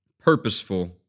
purposeful